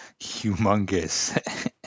humongous